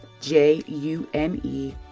J-U-N-E